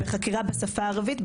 בחקירה בשפה הערבית,